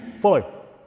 follow